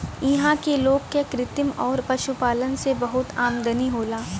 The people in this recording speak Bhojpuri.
इहां के लोग क कृषि आउर पशुपालन से बहुत आमदनी होला